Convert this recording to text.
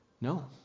No